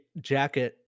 jacket